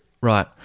Right